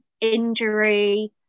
injury